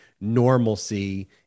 normalcy